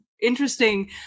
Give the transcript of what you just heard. interesting